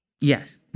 Yes